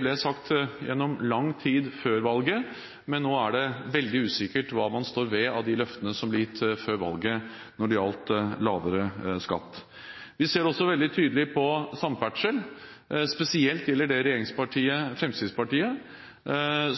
ble sagt i lang tid før valget, men nå er det veldig usikkert hva man står ved av de løftene som ble gitt før valget når det gjelder lavere skatt. Vi ser det også veldig tydelig på samferdsel, spesielt gjelder det regjeringspartiet Fremskrittspartiet,